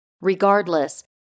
Regardless